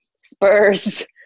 Spurs